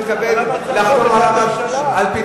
ואתה מתכבד לחתום על פיצוי.